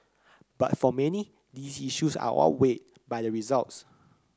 but for many these issues are outweighed by the results